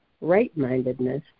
right-mindedness